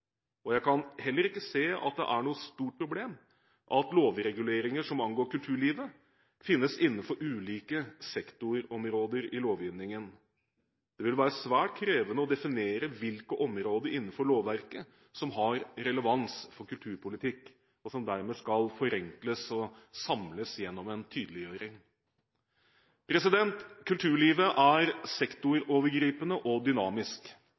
Jeg kan heller ikke se at det er noe stort problem at lovreguleringer som angår kulturlivet, finnes innenfor ulike sektorområder i lovgivningen. Det vil være svært krevende å definere hvilke områder innenfor lovverket som har relevans for kulturpolitikk, og som dermed skal forenkles og samles gjennom en tydeliggjøring. Kulturlivet er sektorovergripende og dynamisk.